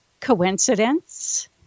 coincidence